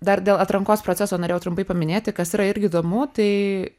dar dėl atrankos proceso norėjau irgi trumpai paminėti kas yra irgi įdomu tai